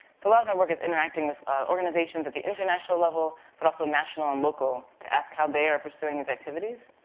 so a lot of my work is interacting with organizations at the international level, but also national and local, to ask how they are pursuing these activities.